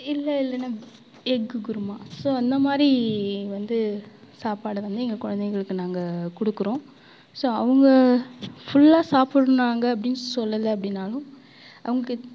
இல்லை இல்லைனா egg kurma so அந்தமாதிரி வந்து சாப்பாடு வந்து எங்கள் குழந்தைகளுக்கு நாங்க கொடுக்குறோம் ஸோ அவங்க ஃபுல்லாக சாப்பிட்னாங்க அப்படின் சொல்லலை அப்படின்னாலும் அவங்க